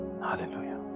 Hallelujah